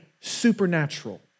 supernatural